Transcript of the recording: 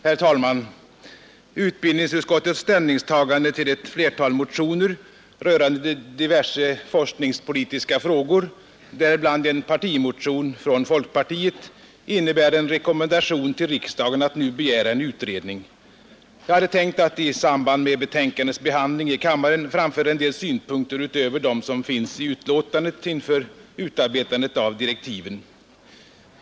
Herr talman! Utbildningsutskottets ställningstagande till ett flertal motioner rörande diverse forskningspolitiska frågor, däribland en partimotion från folkpartiet, innebär en rekommendation till riksdagen att nu begära en utredning. Jag hade tänkt att i samband med betänkandets behandling i kammaren och inför utarbetandet av direktiven framföra en del synpunkter utöver dem som finns i utlåtandet.